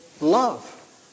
love